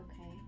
Okay